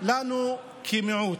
לנו כמיעוט.